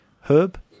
herb